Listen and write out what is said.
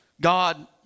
God